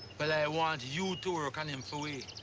well, i want you to work on him for we.